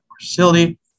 facility